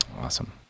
Awesome